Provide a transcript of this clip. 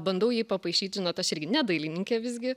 bandau jį papaišyt žinot aš irgi ne dailininkė visgi